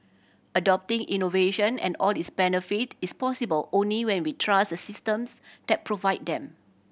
adopting innovation and all its benefit is possible only when we trust the systems that provide them